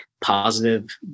positive